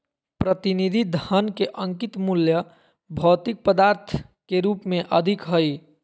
प्रतिनिधि धन के अंकित मूल्य भौतिक पदार्थ के रूप में अधिक हइ